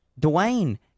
Dwayne